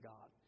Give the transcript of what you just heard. God